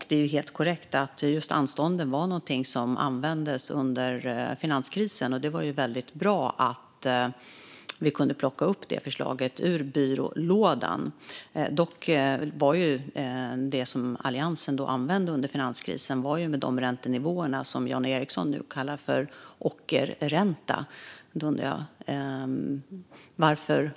Det är helt korrekt att just anstånd var något som användes under finanskrisen, och det var väldigt bra att vi kunde plocka upp det förslaget ur byrålådan. Dock tillämpade Alliansen under finanskrisen de räntenivåer som Jan Ericson nu kallar för ockerräntor.